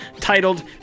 titled